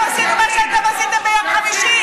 אנחנו עשינו אי פעם מה שאתם עשיתם ביום חמישי?